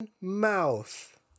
mouth